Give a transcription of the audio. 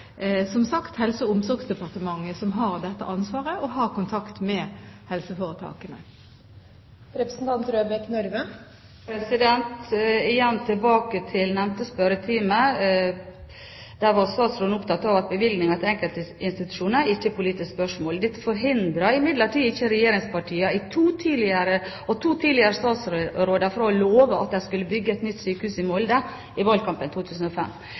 som sagt, Helse- og omsorgsdepartementet som har dette ansvaret, og som har kontakt med helseforetakene. Igjen tilbake til nevnte spørretime: Der var statsministeren opptatt av at bevilgninger til enkeltinstitusjoner ikke er politiske spørsmål. Dette forhindret imidlertid ikke regjeringspartiene og to tidligere statsråder fra å love i valgkampen i 2005 at de skulle bygge et nytt sykehus i Molde. Det forhindret heller ikke statsminister Jens Stoltenberg fra å love i valgkampen